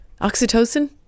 Oxytocin